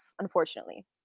unfortunately